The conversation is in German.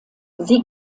sie